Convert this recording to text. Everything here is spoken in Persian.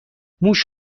موش